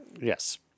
Yes